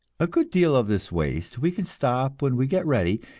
a good deal of this waste we can stop when we get ready,